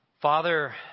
Father